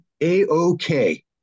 A-OK